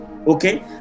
Okay